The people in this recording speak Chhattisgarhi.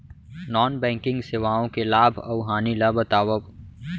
नॉन बैंकिंग सेवाओं के लाभ अऊ हानि ला बतावव